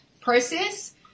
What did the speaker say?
process